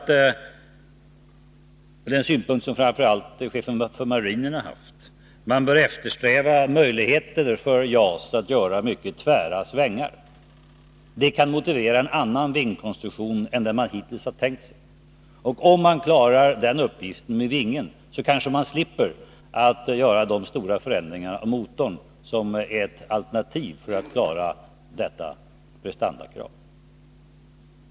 Den synpunkt som framför allt chefen för marinen har haft är att man bör eftersträva möjligheten för JAS att göra mycket tvära svängar. Det kan motivera en annan vingkonstruktion än man hittills tänkt sig. Om man klarar den uppgiften minskar behovet att eventuellt göra de stora förändringar i motorn som är ett alternativ för att klara detta prestandakrav.